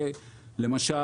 למשל,